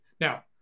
Now